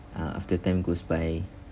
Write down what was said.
uh after time goes by